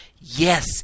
Yes